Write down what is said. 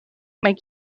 make